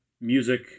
music